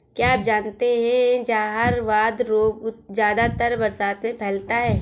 क्या आप जानते है जहरवाद रोग ज्यादातर बरसात में फैलता है?